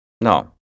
No